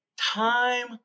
Time